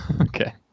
Okay